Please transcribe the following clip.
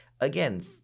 again